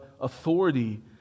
authority